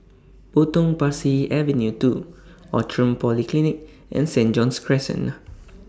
Potong Pasir Avenue two Outram Polyclinic and Saint John's Crescent